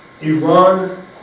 Iran